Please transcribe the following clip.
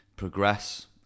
progress